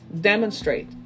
demonstrate